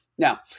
Now